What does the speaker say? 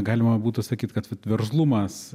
galima būtų sakyt kad vat veržlumas